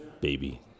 baby